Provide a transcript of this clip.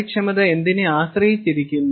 കാര്യക്ഷമത എന്തിനെ ആശ്രയിച്ചിരിക്കുന്നു